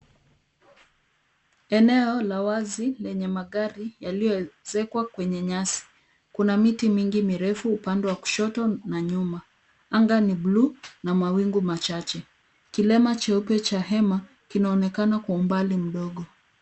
Eneo, la wazi, lenye magari, yaliyowekwa kwenye nyasi. Kuna miti mingi mirefu upande wa kushoto na nyuma. Anga ni buluu na mawingu machache. Kilema cheupe cha hema, kinaonekana kwa umbali mdogo.